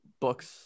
books